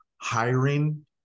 hiring